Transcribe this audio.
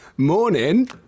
morning